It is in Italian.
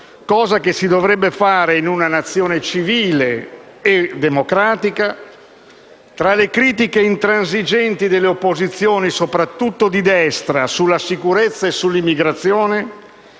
cosa che dovrebbe avvenire in una Nazione civile e democratica,